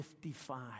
55